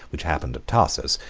which happened at tarsus,